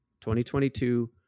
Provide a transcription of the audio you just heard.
2022